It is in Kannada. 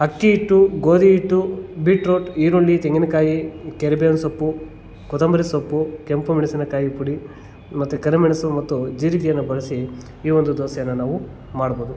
ಅಕ್ಕಿ ಹಿಟ್ಟು ಗೋಧಿ ಹಿಟ್ಟು ಬೀಟ್ರೂಟ್ ಈರುಳ್ಳಿ ತೆಂಗಿನಕಾಯಿ ಕರಿಬೇವಿನ ಸೊಪ್ಪು ಕೊತ್ತಂಬರಿ ಸೊಪ್ಪು ಕೆಂಪು ಮೆಣಸಿನ ಕಾಯಿ ಪುಡಿ ಮತ್ತು ಕರಿಮೆಣಸು ಮತ್ತು ಜೀರಿಗೆಯನ್ನು ಬಳಸಿ ಈ ಒಂದು ದೋಸೆನ ನಾವು ಮಾಡ್ಬೋದು